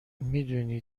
میدونی